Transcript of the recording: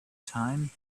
time